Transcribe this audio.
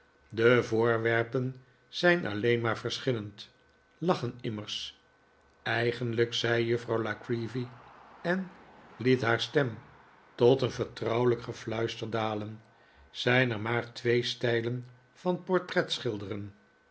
de voorwerpen zijn alleen maar verschillend lachen immers eigenlijk zei juffrouw la creevy en liet haar stem tot een vertrouwelijk gefluister dalen zijn er maar twee stijlen van portretschilderen